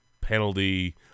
penalty